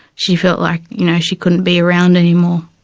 she felt like you know she couldn't be around anymore,